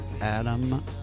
Adam